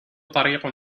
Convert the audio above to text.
طريق